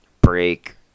break